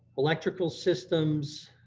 electrical systems,